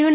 you